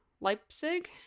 Leipzig